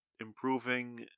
improving